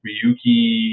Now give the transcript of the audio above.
Ryuki